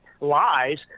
lies